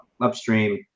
upstream